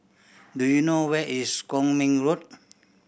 do you know where is Kwong Min Road